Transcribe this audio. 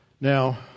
Now